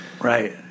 Right